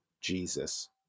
jesus